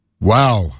Wow